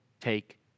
take